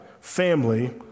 family